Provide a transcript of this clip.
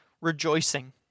rejoicing